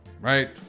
right